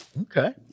Okay